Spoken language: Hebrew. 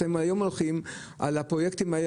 אתם היום הולכים על הפרויקטים האלה,